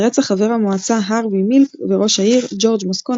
ברצח חבר המועצה הארווי מילק וראש העיר ג'ורג' מוסקונה